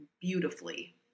beautifully